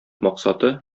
максаты